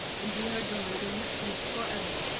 and be her guide and refuge for ever!